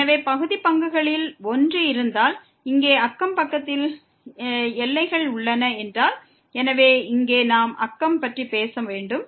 எனவே பகுதி பங்குகளில் ஒன்று இருந்தால் மற்றும் நெய்பர்ஹுட்டில் இருந்தால் நாம் நெய்பர்ஹுட் பற்றி பேசவேண்டும்